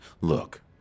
Look